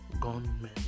gunmen